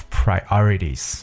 priorities